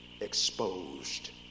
exposed